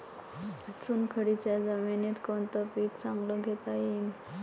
चुनखडीच्या जमीनीत कोनतं पीक चांगलं घेता येईन?